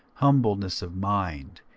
humbleness of mind,